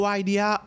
idea